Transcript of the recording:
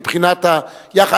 מבחינת היחס,